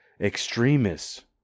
extremists